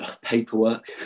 paperwork